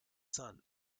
sun